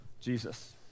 Jesus